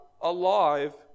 alive